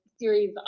series